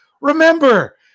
remember